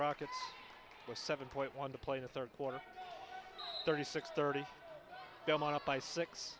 rockets a seven point one to play the third quarter thirty six thirty